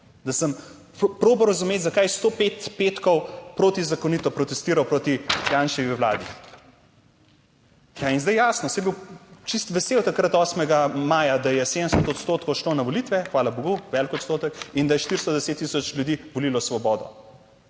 da sem probal razumeti zakaj je 105 petkov protizakonito protestiral proti Janševi vladi. Ja, in zdaj jasno, saj je bil čisto vesel takrat 8. maja, da je 70 odstotkov šlo na volitve - hvala bogu - velik odstotek in da je 410000 ljudi volilo Svobodo,